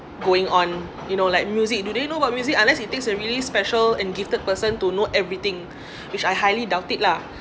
going on you know like music do they know what music unless it takes a really special and gifted person to know everything which I highly doubt it lah